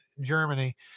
Germany